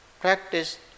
practice